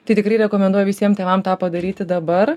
tai tikrai rekomenduoju visiem tėvam tą padaryti dabar